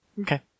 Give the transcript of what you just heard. Okay